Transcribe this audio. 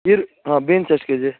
ಬಿರ್ ಹಾಂ ಬೀನ್ಸ್ ಎಷ್ಟು ಕೆಜಿ